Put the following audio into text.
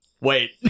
Wait